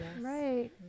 right